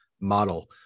model